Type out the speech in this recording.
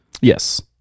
Yes